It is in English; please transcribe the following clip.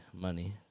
money